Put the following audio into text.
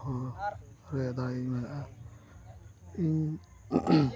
ᱫᱚᱦᱚ ᱨᱮᱫᱚᱭ ᱤᱧ